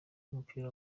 w’umupira